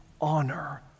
honor